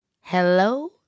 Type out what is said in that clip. Hello